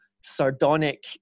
sardonic